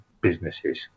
businesses